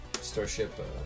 starship